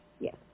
Yes